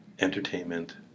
entertainment